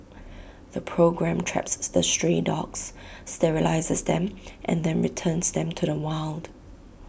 the programme traps the stray dogs sterilises them then returns them to the wild